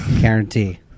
guarantee